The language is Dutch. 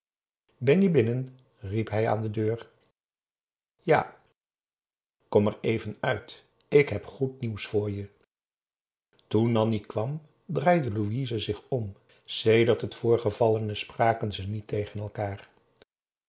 ben je binnen riep hij aan de deur ja kom er even uit ik heb goed nieuws voor je toen nanni kwam draaide louise zich om sedert het voorgevallene spraken ze niet tegen elkaar